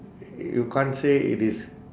y~ you can't say it is